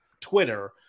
Twitter